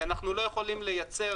כי אנחנו לא יכולים לייצר,